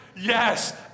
Yes